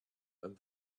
and